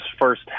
first